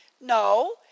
No